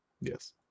Yes